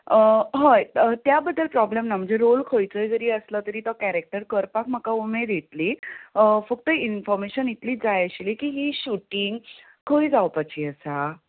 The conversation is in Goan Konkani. हय त्या बद्दल प्रोब्लेम ना म्हणजे रोल खंयचो जरी आसलो तरी तो केरेक्टर करपाक म्हाका उमेद येतली फक्त इनफोर्मेशन इतलीच जाय आशिल्ली की ही शुटींग खंय जावपाची आसा